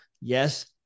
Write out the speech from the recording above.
Yes